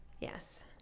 Yes